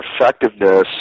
effectiveness